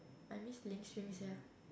I miss playing swing sia